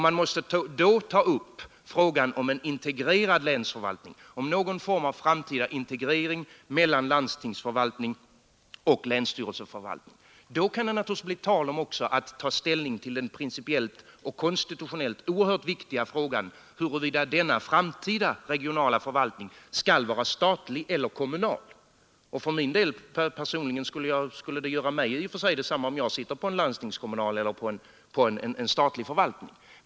Man skall då ta upp frågan om någon form av framtida integrering mellan landstingsförvaltning och länsstyrelseförvaltning. Därvid kan det naturligtvis också bli tal om att ta ställning till den principiellt och konstitutionellt oerhört viktiga frågan huruvida denna framtida regionala förvaltning skall vara statlig eller kommunal. Mig personligen skulle det göra detsamma om jag sitter på en landstingskommunal eller på en statlig förvaltning.